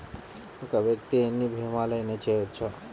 ఒక్క వ్యక్తి ఎన్ని భీమలయినా చేయవచ్చా?